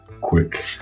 quick